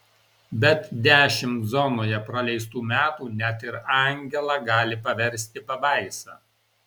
bet dešimt zonoje praleistų metų net ir angelą gali paversti pabaisa